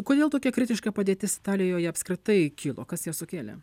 kodėl tokia kritiška padėtis italijoje apskritai kilo kas ją sukėlė